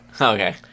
okay